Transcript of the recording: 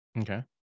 okay